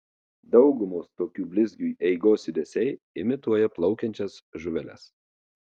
daugumos tokių blizgių eigos judesiai imituoja plaukiančias žuveles